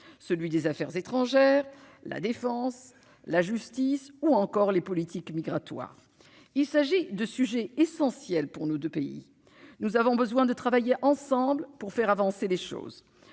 celui des affaires étrangères, la défense, la justice ou encore les politiques migratoires : il s'agit de sujets essentiels pour nos 2 pays, nous avons besoin de travailler ensemble pour faire avancer les choses,